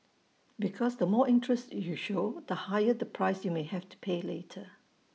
because the more interest you show the higher the price you may have to pay later